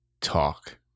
talk